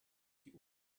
die